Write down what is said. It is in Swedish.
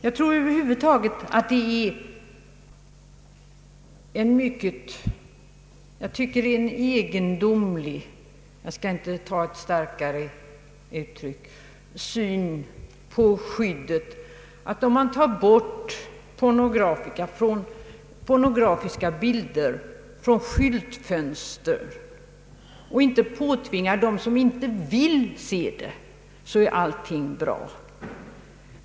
Jag tycker att det är en egendomlig — jag skall inte ta ett starkare uttryck — syn på skyddet, att om man tar bort pornografiska bilder från skyltfönster och inte tvingar dem på folk som inte vill se dem, så är allting bra.